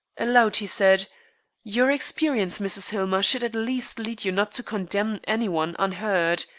aloud he said your experience, mrs. hillmer, should at least lead you not to condemn any one unheard.